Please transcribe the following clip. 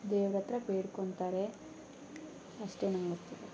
ದೇವರತ್ರ ಬೇಡ್ಕೋತಾರೆ ಅಷ್ಟೇ ನಂಗೆ ಗೊತ್ತಿರೋದು